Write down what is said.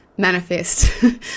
manifest